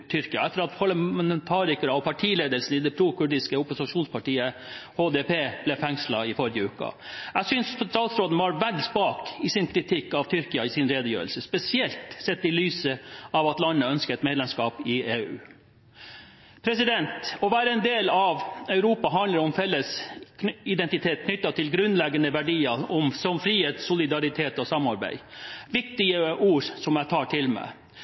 Tyrkia etter at parlamentarikere og partiledelsen i det prokurdiske opposisjonspartiet, KDP, ble fengslet i forrige uke. Jeg synes statsråden var vel spak i sin kritikk av Tyrkia i sin redegjørelse, spesielt sett i lys av at landet ønsker medlemskap i EU. Å være en del av Europa handler om felles identitet knyttet til grunnleggende verdier som frihet, solidaritet og samarbeid – viktige ord som jeg tar til meg.